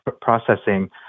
processing